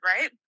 right